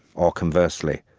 or conversely,